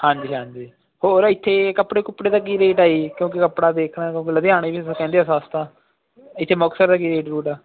ਹਾਂਜੀ ਹਾਂਜੀ ਹੋਰ ਇੱਥੇ ਕੱਪੜੇ ਕੁੱਪੜੇ ਦਾ ਕੀ ਰੇਟ ਆ ਜੀ ਕਿਉਂਕਿ ਕੱਪੜਾ ਦੇਖਣਾ ਕਿਉਂਕਿ ਲੁਧਿਆਣੇ ਵੀ ਕਹਿੰਦੇ ਸਸਤਾ ਇੱਥੇ ਮੁਕਤਸਰ ਦਾ ਕੀ ਰੇਟ ਰੁਟ ਆ